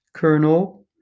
Colonel